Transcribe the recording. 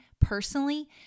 personally